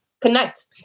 connect